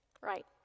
right